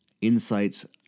Insights